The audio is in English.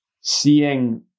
seeing